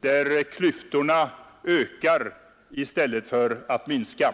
där klyftorna ökar i stället för minskar.